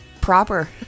proper